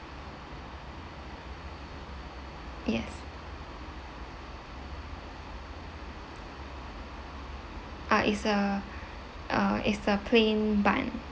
yes ah is a uh is the plain bun